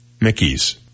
Mickey's